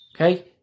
Okay